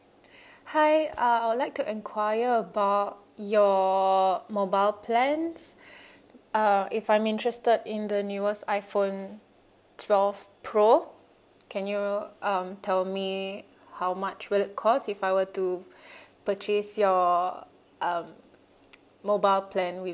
hi uh I would like to enquire about your mobile plans uh if I'm interested in the newest iphone twelve pro can you um tell me how much will it cost if I were to purchase your um mobile plan with